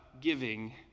giving